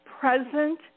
present